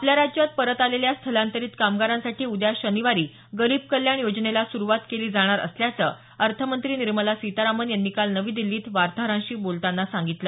आपल्या राज्यात परत आलेल्या स्थलांतरित कामगारांसाठी उद्या शनिवारी गरीब कल्याण योजनेला सुरुवात केली जाणार असल्याचं अर्थमंत्री निर्मला सीतारामन यांनी काल नवी दिल्लीत वार्ताहरांशी बोलतांना सांगितलं